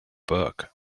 book